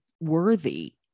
worthy